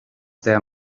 there